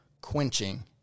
quenching